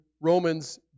Romans